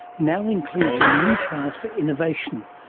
now includes a new prize for innovation,